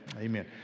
amen